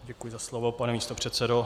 Děkuji za slovo, pane místopředsedo.